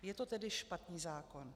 Je to tedy špatný zákon.